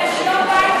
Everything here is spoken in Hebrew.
זה שלום-בית,